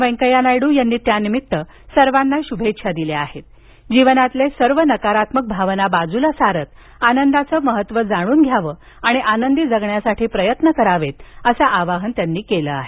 वेंकय्या नायडू यांनी त्यानिमित्त सर्वांना शुभेच्छा दिल्या असून जीवनातील सर्व नकारात्मक भावना बाजूला सारत आनंदाचं महत्त्व जाणून घ्यावं आणि आनंदी जगण्यासाठी प्रयत्न करावेत असं आवाहन केलं आहे